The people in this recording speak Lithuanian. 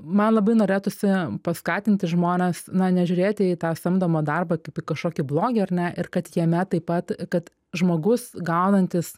man labai norėtųsi paskatinti žmones na nežiūrėti į tą samdomą darbą kaip į kažkokį blogį ar ne ir kad jame taip pat kad žmogus gaunantis